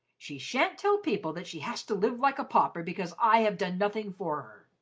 she sha'n't tell people that she has to live like a pauper because i have done nothing for